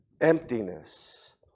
emptiness